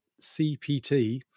CPT